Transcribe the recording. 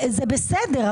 זה בסדר,